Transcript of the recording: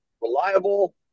reliable